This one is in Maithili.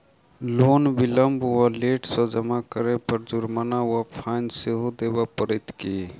लोन विलंब वा लेट सँ जमा करै पर जुर्माना वा फाइन सेहो देबै पड़त की?